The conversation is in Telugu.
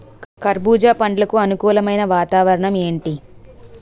కర్బుజ పండ్లకు అనుకూలమైన వాతావరణం ఏంటి?